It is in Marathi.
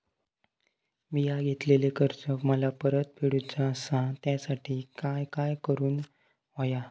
मिया घेतलेले कर्ज मला परत फेडूचा असा त्यासाठी काय काय करून होया?